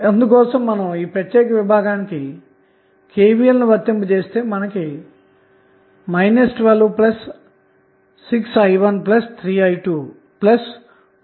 ఈ సందర్భంలో ఈ ప్రత్యేక విభాగానికి KVL ను వర్తింపజేస్తే 126i 13i 22V TH 0 V TH 22 V మీరు పొందుతారు